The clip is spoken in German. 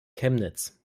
chemnitz